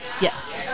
yes